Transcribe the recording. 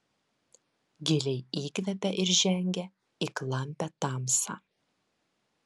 giliai įkvepia ir žengia į klampią tamsą